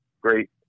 great